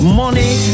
money